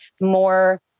more